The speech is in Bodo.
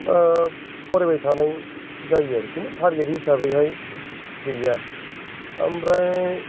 फरायबाय थानाय जायो आरो खिनथु थारगेथ हिसाबैहाय गैया ओमफ्राय